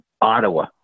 Ottawa